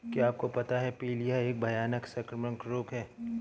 क्या आपको पता है प्लीहा एक भयानक संक्रामक रोग है?